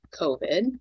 covid